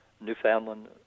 Newfoundland